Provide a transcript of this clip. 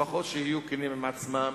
לפחות שיהיו כנים עם עצמם